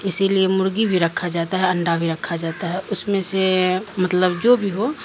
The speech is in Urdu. اسی لیے مرغی بھی رکھا جاتا ہے انڈا بھی رکھا جاتا ہے اس میں سے مطلب جو بھی ہو